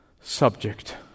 subject